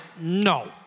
No